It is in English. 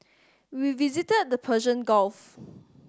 we visited the Persian Gulf